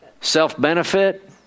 Self-benefit